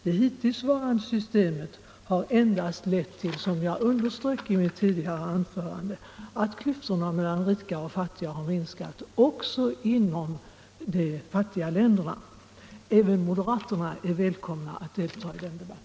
Det hittillsvarande systemet har, som jag underströk i mitt tidigare anförande, endast lett till att klyftorna mellan rika och fattiga har ökat också inom de fattiga länderna. Även moderaterna är välkomna att delta i den debatten.